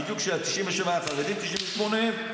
1997, היה החרדים, 1998, הם.